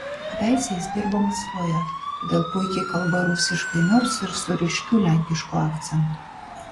kadaise jis dirbo maskvoje todėl puikiai kalba rusiškai nors ir su ryškiu lenkišku akcentu